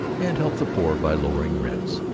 and help the poor by lowering rents.